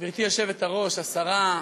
גברתי היושבת-ראש, השרה,